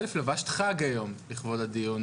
א' לבשת חג היום לכבוד הדיון,